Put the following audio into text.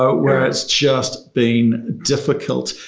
ah where it's just been difficult,